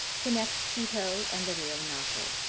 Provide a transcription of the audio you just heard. connects quito and the rio napo.